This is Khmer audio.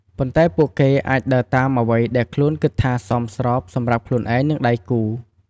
ប៉ុន្តែពួកគេអាចដើរតាមអ្វីដែលខ្លួនគិតថាសមស្របសម្រាប់ខ្លួនឯង និងដៃគូ។